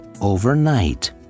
overnight